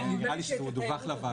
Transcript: נראה לי שזה גם דווח לוועדה.